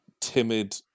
timid